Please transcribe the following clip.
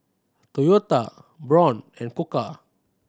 Toyota Braun and Koka